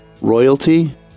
royalty